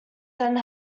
then